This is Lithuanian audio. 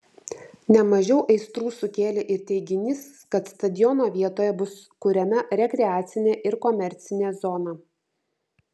ne mažiau aistrų sukėlė ir teiginys kad stadiono vietoje bus kuriama rekreacinė ir komercinė zona